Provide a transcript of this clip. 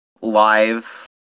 live